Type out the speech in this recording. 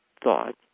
thought